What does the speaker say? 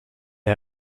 est